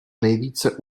nejvíce